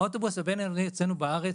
האוטובוס הבין-עירוני אצלנו בארץ,